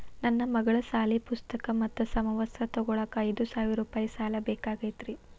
ನನ್ನ ಮಗಳ ಸಾಲಿ ಪುಸ್ತಕ್ ಮತ್ತ ಸಮವಸ್ತ್ರ ತೊಗೋಳಾಕ್ ಐದು ಸಾವಿರ ರೂಪಾಯಿ ಸಾಲ ಬೇಕಾಗೈತ್ರಿ